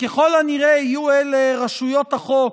ככל הנראה יהיו אלה רשויות החוק